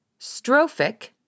strophic